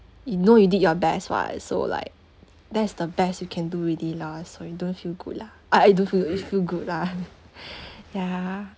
you know you did your best [what] so like that is the best you can do really lah so you don't feel good lah ah I do feel it feel good lah ya